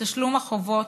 בתשלום החובות.